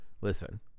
Listen